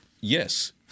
Yes